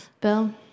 Bill